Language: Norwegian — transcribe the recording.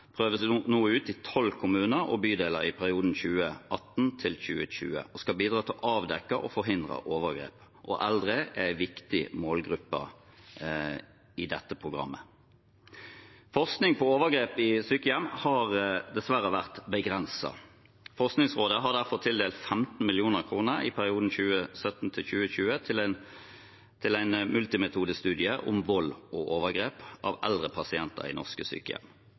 ut i tolv kommuner og bydeler i perioden 2018–2020 og skal bidra til å avdekke og forhindre overgrep. Eldre er en viktig målgruppe i dette programmet. Forskning på overgrep i sykehjem har dessverre vært begrenset. Forskningsrådet har derfor tildelt 15 mill. kr i perioden 2017–2020 til en multimetodestudie om vold og overgrep mot eldre pasienter i norske sykehjem.